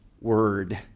word